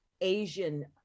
Asian